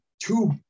two